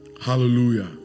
Hallelujah